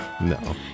No